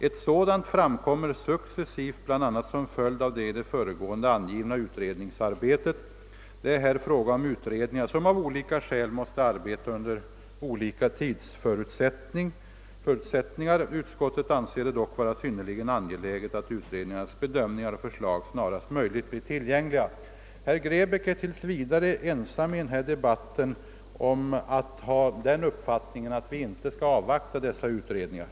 Ett sådant framkommer successivt bl.a. som följd av det i det föregående angivna utredningsarbetet. Det är här fråga om utredningar som av olika skäl måste arbeta under olika tidsförutsättningar. Utskottet anser det dock vara synnerligen angeläget att utredningarnas bedömningar och förslag snarast möjligt blir tillgängliga.» Herr Grebäck är tills vidare ensam i denna debatt om att ha den uppfattningen, att vi inte skall avvakta dessa utredningar.